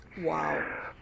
Wow